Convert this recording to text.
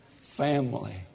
family